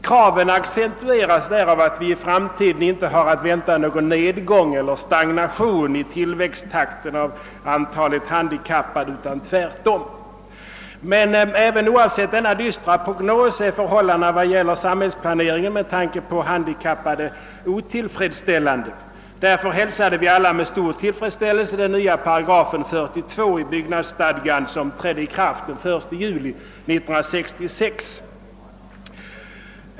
Kraven accentueras därav att vi i framtiden inte har att vänta någon nedgång eller stagnation i tillväxttakten för de handikappade — tvärtom. Men även bortsett från denna dystra prognos är förhållandena i vad gäller samhällsplaneringen otillfredsställande för de handikappade. Därför hälsade vi alla med stor tillfredsställelse den nya bestämmelsen — 42 a 8 — i byggnadsstadgan som trädde i kraft den 1 juli 1966.